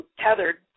tethered